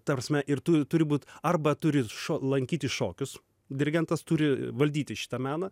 ta prasme ir tu turi būt arba turi lankyti šokius dirigentas turi valdyti šitą meną